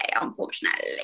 unfortunately